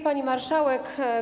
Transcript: Pani Marszałek!